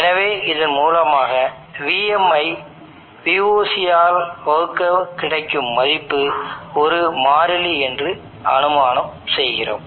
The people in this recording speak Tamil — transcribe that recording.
எனவே இதன் மூலமாக Vm ஐ Voc ஆல் வகுக்க கிடைக்கும் மதிப்பு ஒரு மாறிலி என்று அனுமானம் செய்கிறோம்